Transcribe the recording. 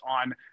on